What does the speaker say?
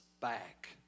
back